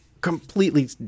completely